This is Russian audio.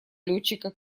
летчика